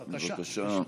בבקשה.